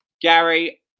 Gary